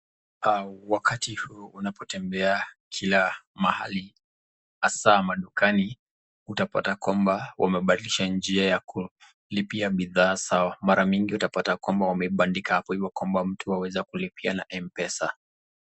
Wakati huu unapotembea kila mahali hasa madukani utapata kwamba wamebadilisha njia ya kulipia bidhaa utapata kwamba wameibbbbandika ili mtu aweze kulipia kwa mpesa.